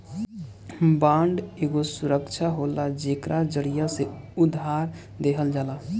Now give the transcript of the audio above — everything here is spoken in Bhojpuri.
बांड एगो सुरक्षा होला जेकरा जरिया से उधार देहल जाला